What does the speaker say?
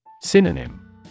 Synonym